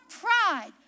pride